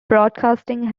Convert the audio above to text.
broadcasting